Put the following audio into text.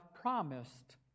promised